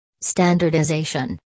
Standardization